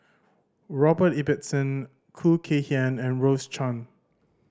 Robert Ibbetson Khoo Kay Hian and Rose Chan